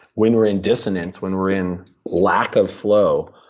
when we're in dissonance, when we're in lack of flow,